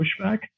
pushback